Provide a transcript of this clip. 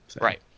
right